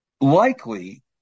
likely